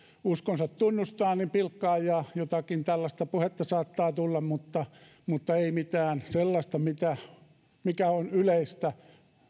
uskonsa tunnustaa niin pilkkaa ja jotakin tällaista puhetta saattaa tulla mutta mutta ei mitään sellaista mikä on yleistä